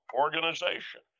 organization